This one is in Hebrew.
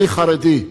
אני חרדי,